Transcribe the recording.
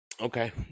Okay